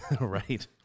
Right